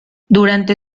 durante